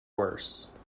worse